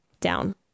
down